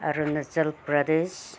Arunachal Pradesh